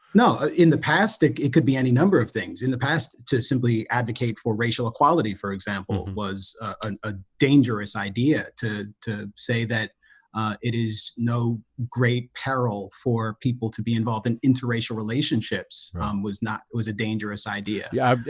no in the past it it could be any number of things in the past to simply advocate for racial equality for example was a dangerous idea to to say that, ah it is no great peril for people to be involved in interracial relationships. um was not was a dangerous idea yeah,